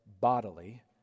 bodily